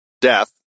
death